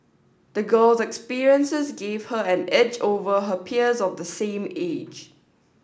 the girl's experiences gave her an edge over her peers of the same age